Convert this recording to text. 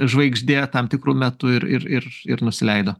žvaigždė tam tikru metu ir ir ir ir nusileido